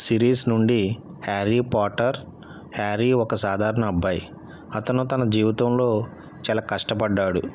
series నుండి Harry Potter Harry ఒక సాధారణ అబ్బాయి అతను తన జీవితంలో చాలా కష్టపడ్డాడు